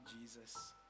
Jesus